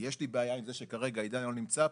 יש לי בעיה עם זה שכרגע עידן לא נמצא פה,